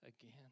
again